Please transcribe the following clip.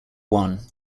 one